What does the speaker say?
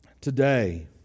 Today